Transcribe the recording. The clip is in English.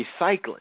recycling